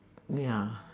ya